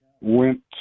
went